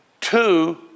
two